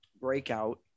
breakout